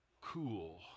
cool